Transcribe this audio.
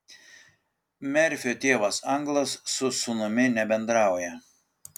merfio tėvas anglas su sūnumi nebendrauja